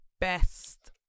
best